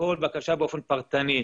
כל בקשה באופן פרטני,